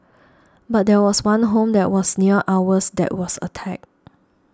but there was one home that was near ours that was attacked